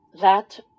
That